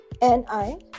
N-I